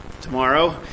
tomorrow